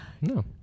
No